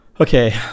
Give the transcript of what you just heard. okay